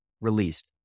released